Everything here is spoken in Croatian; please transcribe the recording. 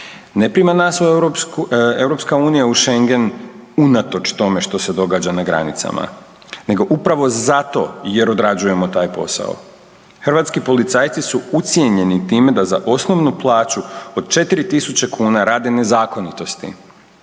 ne prima nas EU u Šengen unatoč tome što se događa na granicama nego upravo zato jer odrađujemo taj posao. Hrvatski policajci su ucijenjeni time da za osnovnu plaću od 4.000 kuna rade nezakonitosti